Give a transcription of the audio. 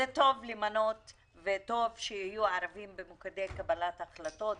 טוב למנות וטוב שיהיו ערבים במוקדי קבלת החלטות,